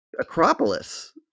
Acropolis